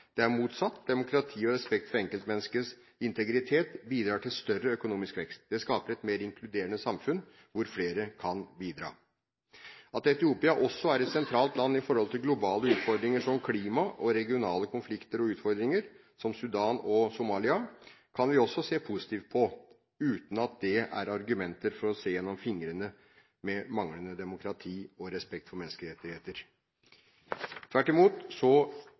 Det er motsatt – demokrati og respekt for enkeltmenneskets integritet bidrar til større økonomisk vekst. Det skaper et mer inkluderende samfunn, hvor flere kan bidra. At Etiopia er et sentralt land sett i forhold til globale utfordringer som klima og regionale konflikter og utfordringer, som Sudan og Somalia, kan vi også se positivt på uten at det er argumenter for å se gjennom fingrene med manglende demokrati og respekt for menneskerettigheter. Tvert imot